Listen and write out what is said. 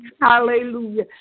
Hallelujah